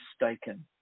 mistaken